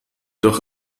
doch